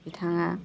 बिथाङा